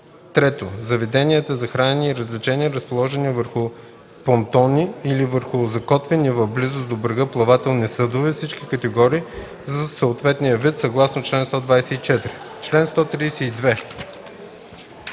3. заведенията за хранене и развлечения, разположени върху понтони или върху закотвени в близост до брега плавателни съдове – всички категории за съответния вид, съгласно чл. 124.”